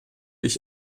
ich